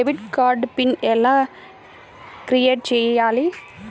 Debit card pin ఎలా create చెయ్యాలి?